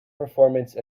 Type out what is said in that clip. performance